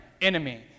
enemy